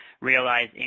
realize